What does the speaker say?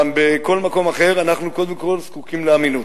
גם בכל מקום אחר, אנחנו קודם כול זקוקים לאמינות.